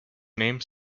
name